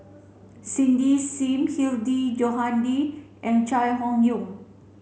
Cindy Sim Hilmi Johandi and Chai Hon Yoong